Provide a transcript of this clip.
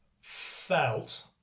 felt